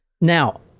Now